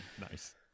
Nice